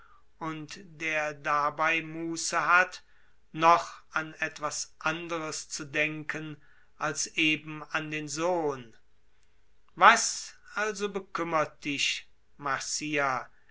und der dabei muße hat noch an etwas anderes zu denken als eben an den sohn was also bekümmert dich